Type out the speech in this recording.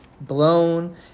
blown